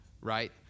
right